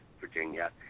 Virginia